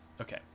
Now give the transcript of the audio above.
Okay